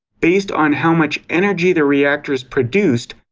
based on how much energy their reactors produced,